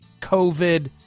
COVID